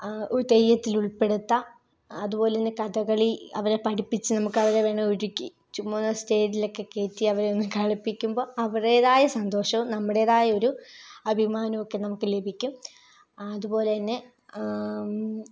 തെയ്യത്തിൽ ഉൾപ്പെടുത്താം അതുപോലെ തന്നെ കഥകളി അവരെ പഠിപ്പിച്ച് നമുക്ക് അവരെ ഒരുക്കി ചുമ്മാ ഒന്ന് സ്റ്റേജിലൊക്കെ കയറ്റി അവരെ ഒന്ന് കളിപ്പിക്കുമ്പോൾ അവരുടേതായ സന്തോഷവും നമ്മുടേതായൊരു അഭിമാനമൊക്കെ നമുക്ക് ലഭിക്കും അതുപോലെ തന്നെ